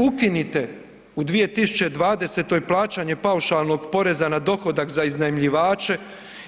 Ukinite u 2020. plaćanje paušalnog poreza na dohodak za iznajmljivače